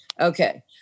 Okay